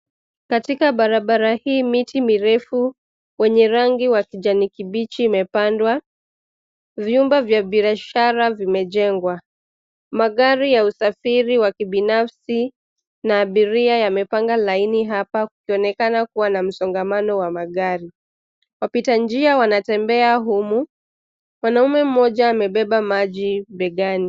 Katika barabara hii miti mirefu wenye rangi wa kijani kibichi imepandwa. Vyumba vya biashara vimejengwa. Magari ya usafiri wa kibnafsi na abiria yamepanga laini hapa kukionekana kuwa na msongamano wa magari. Wapita njia wanatembea humu. Mwanaume mmoja amebeba maji begani.